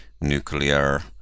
nuclear